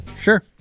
sure